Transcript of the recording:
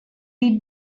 the